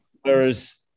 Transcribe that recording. whereas